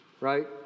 right